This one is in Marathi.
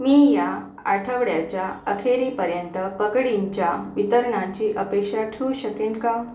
मी या आठवड्याच्या अखेरीपर्यंत पकडींच्या वितरणाची अपेक्षा ठेवू शकेन का